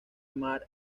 marc